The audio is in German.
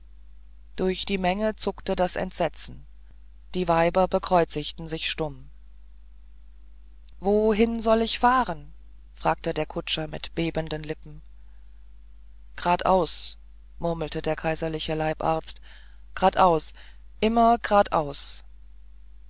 durch die menge zuckte das entsetzen die weiber bekreuzigten sich stumm wohin soll ich fahren fragte der kutscher mit bebenden lippen gradaus murmelte der kaiserliche leibarzt gradaus immer gradaus